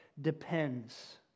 depends